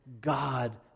God